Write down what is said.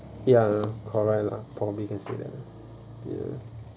ya correct lah probably can see that ya